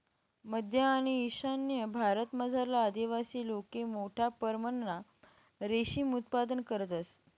मध्य आणि ईशान्य भारतमझार आदिवासी लोके मोठा परमणमा रेशीम उत्पादन करतंस